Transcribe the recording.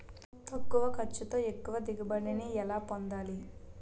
తక్కువ ఖర్చుతో ఎక్కువ దిగుబడి ని ఎలా పొందాలీ?